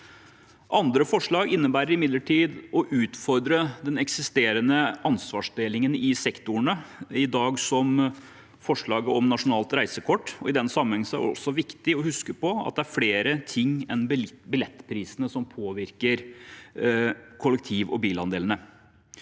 Andre forslag innebærer imidlertid å utfordre den eksisterende ansvarsdelingen i sektorene, som forslaget om nasjonalt reisekort. I den sammenheng er det også viktig å huske på at det er flere ting enn billettprisene som påvirker kollektiv- og bilandelene.